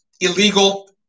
illegal